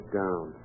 down